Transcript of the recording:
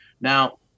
Now